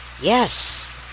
yes